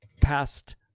past